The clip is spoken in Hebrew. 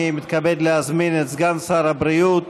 אני מתכבד להזמין את סגן שר הבריאות